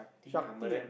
Shakti ah